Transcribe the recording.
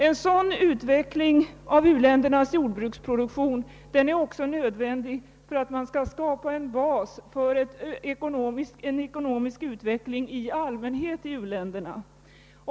En sådan utveckling av u-ländernas jordbruksproduktion är också nödvändig för att man skall kunna skapa en bas för en ekonomisk utveckling i allmänhet i u-länderna.